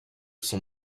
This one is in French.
son